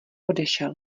odešel